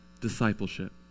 discipleship